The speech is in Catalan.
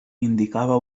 indicava